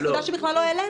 וזו נקודה שבכלל לא העלינו.